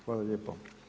Hvala lijepo.